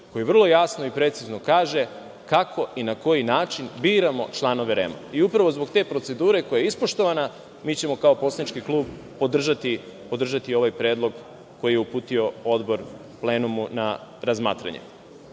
koji vrlo jasno i precizno kaže kako i na koji način biramo članove REM-a. Upravo zbog te procedure koja je ispoštovana, mi ćemo kao poslanički klub podržati ovaj predlog koji je uputio odbor plenumu na razmatranje. Takođe,